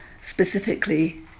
specifically